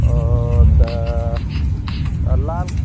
ओ तऽ लाल